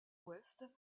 ouest